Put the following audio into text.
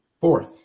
fourth